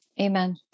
Amen